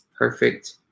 Perfect